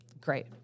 great